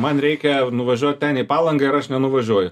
man reikia nuvažiuot ten į palangą ir aš nenuvažiuoju